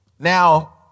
Now